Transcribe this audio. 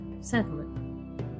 settlement